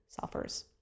suffers